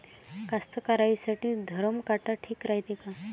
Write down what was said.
कास्तकाराइसाठी धरम काटा ठीक रायते का?